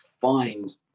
find